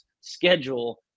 schedule